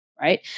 Right